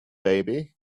baby